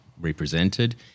represented